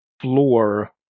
floor